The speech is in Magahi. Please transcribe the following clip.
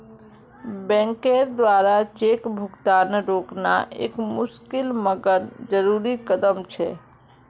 बैंकेर द्वारा चेक भुगतान रोकना एक मुशिकल मगर जरुरी कदम छे